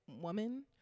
woman